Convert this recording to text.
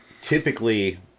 typically